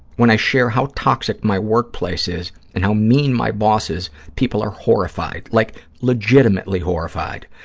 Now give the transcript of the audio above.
when i share how toxic my workplace is and how mean my boss is, people are horrified, like legitimately horrified.